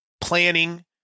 planning